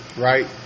right